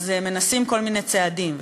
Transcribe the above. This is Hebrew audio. מנסים כל מיני צעדים,